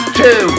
two